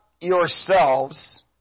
yourselves